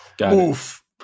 Oof